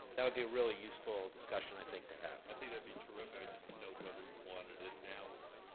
that would be a really useful discussion i think to have. i think that'd be and terrific i just didn't know whether you wanted it now or